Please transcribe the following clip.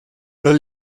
los